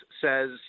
says